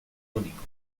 único